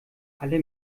alle